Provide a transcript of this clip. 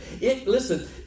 Listen